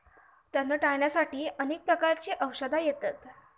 तण टाळ्याण्यासाठी अनेक प्रकारची औषधा येतत